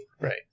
Right